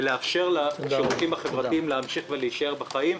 ולאפשר לשירותים החברתיים להמשיך להישאר בחיים.